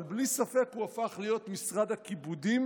אבל בלי ספק הוא הפך להיות משרד הכיבודים,